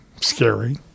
scary